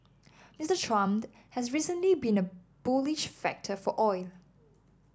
Mister Trump has recently been a bullish factor for oil